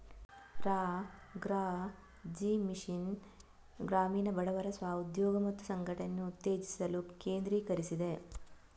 ರಾ.ಗ್ರಾ.ಜೀ mission ಗ್ರಾಮೀಣ ಬಡವರ ಸ್ವ ಉದ್ಯೋಗ ಮತ್ತು ಸಂಘಟನೆಯನ್ನು ಉತ್ತೇಜಿಸಲು ಕೇಂದ್ರೀಕರಿಸಿದೆ